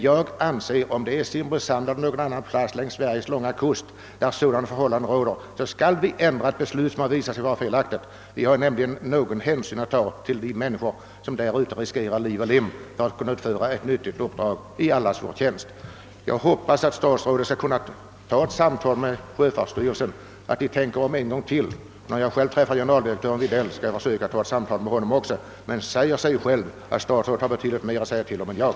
Jag anser emellertid att om vi har fattat ett beslut som sedan visar sig vara felaktigt skall vi ändra det — det må gälla Simrishamn eller vilken plats som helst längs Sveriges långa kust' där liknande förhållanden råder. Vi måste ta någon hänsyn till de människor som 'där ute riskerar liv och lem för att utföra ett nyttigt uppdrag i allas vår tjänst. Jag hoppas att statsrådet kan förmå sjöfartsstyrelsen att tänka om i denna fråga. När jag själv träffar generaldirektören skall även jag tala med honom härom, men statsrådet har betydligt mera att säga till. om än jag,